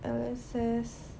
L_S_S